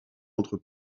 entre